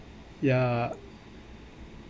ya